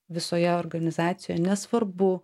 visoje organizacijo nesvarbu